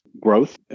growth